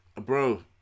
bro